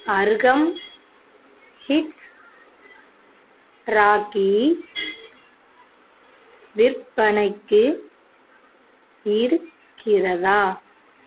அர்கம் ஹிட்ஸ் ராக்கி விற்பனைக்கு இருக்கிறதா